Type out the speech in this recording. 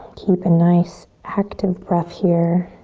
keep a nice active breath here.